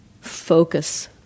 focus